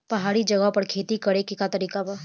पहाड़ी जगह पर खेती करे के का तरीका बा?